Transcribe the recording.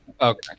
Okay